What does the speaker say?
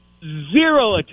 zero